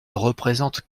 représente